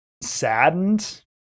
saddened